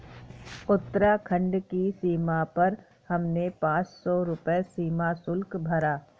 उत्तराखंड की सीमा पर हमने पांच सौ रुपए सीमा शुल्क भरा